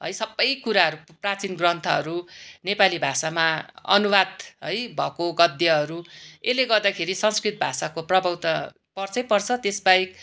है सबै कुराहरू प्राचीन ग्रन्थहरू नेपाली भाषामा अनुवाद है भएको गद्यहरू यसले गर्दाखेरि संस्कृत भाषाको प्रभाव त पर्छै पर्छ त्यसबाहेक